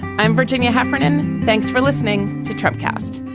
i'm virginia heffernan. thanks for listening to trump cast